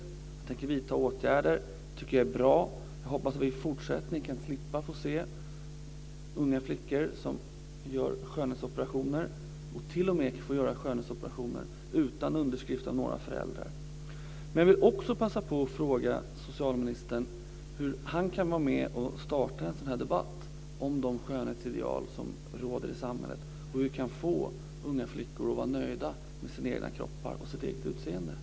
Man tänker vidta åtgärder. Det tycker jag är bra. Jag hoppas att vi i fortsättningen ska slippa få se unga flickor som gör skönhetsoperationer och som t.o.m. får göra skönhetsoperationer utan underskrift av några föräldrar. Jag vill också passa på att fråga socialministern hur han kan vara med att starta en debatt om de skönhetsideal som råder i samhället och hur vi kan få unga flickor att vara nöjda med sina egna kroppar och sitt eget utseende.